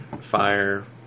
fire